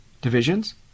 divisions